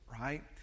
right